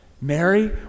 Mary